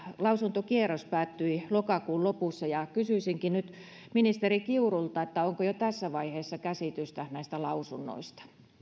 lausuntokierros päättyi lokakuun lopussa ja kysyisinkin nyt ministeri kiurulta onko jo tässä vaiheessa käsitystä näistä lausunnoista